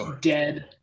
dead